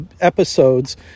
episodes